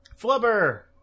Flubber